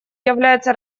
являются